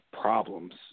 problems